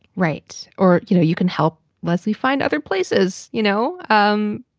right. or, you know, you can help leslie find other places, you know. um